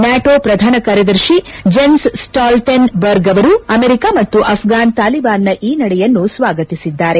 ನ್ಲಾಟೋ ಪ್ರಧಾನ ಕಾರ್ಯದರ್ಶಿ Jens Stoltenberg ಅವರು ಅಮೆರಿಕ ಮತ್ತು ಅಪ್ಪಾನ್ ತಾಲಿಬಾನ್ನ ಈ ನಡೆಯನ್ನು ಸ್ವಾಗತಿಸಿದ್ದಾರೆ